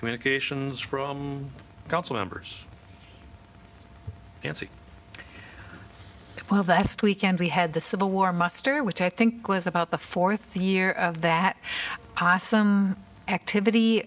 communications from council members you know one of the last weekend we had the civil war muster which i think was about the fourth year of that awesome activity